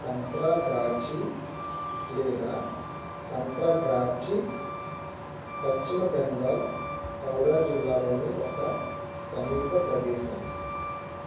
సంత్రాగాఛీ లేదా సంత్రాగాచ్చి పశ్చిమ బెంగాల్ హౌరా జిల్లాలోని ఒక సమీప ప్రదేశం